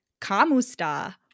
Kamusta